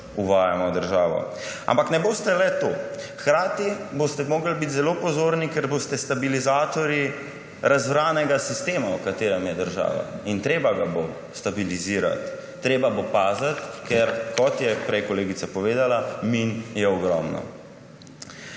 uvajamo v državo. Ampak ne boste le to, hkrati boste morali biti zelo pozorni, ker boste stabilizatorji razrvanega sistema, v katerem je država, in treba ga bo stabilizirati. Treba bo paziti, ker kot je prej kolegica povedala, min je ogromno.